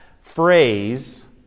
phrase